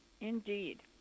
Indeed